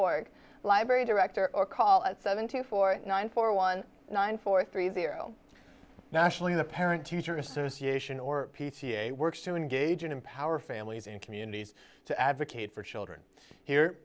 org library director or call at seventy four nine four one nine four three zero nationally the parent teacher association or p t a works to engage and empower families and communities to advocate for children here